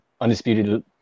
undisputed